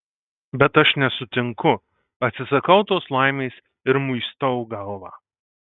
bet aš nesutinku atsisakau tos laimės ir muistau galvą